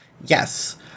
Yes